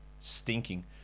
Stinking